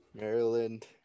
Maryland